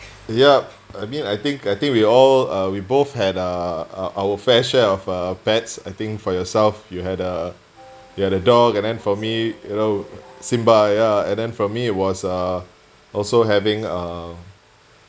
yup I mean I think I think we all uh we both had uh our fair share of uh pets I think for yourself you had uh you had a dog and then for me you know simba ya and then for me was uh also having uh